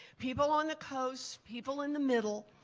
people on the coast, people in the middle,